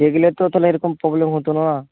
দেখলে তো তাহলে এরকম প্রবলেম হতো না